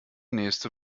nächste